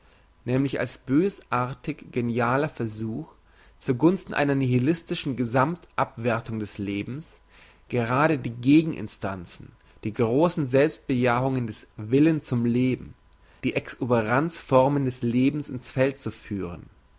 nämlich als bösartig genialer versuch zu gunsten einer nihilistischen gesammt abwerthung des lebens gerade die gegen instanzen die grossen selbstbejahungen des willens zum leben die exuberanz formen des lebens in's feld zu führen